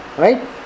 Right